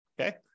okay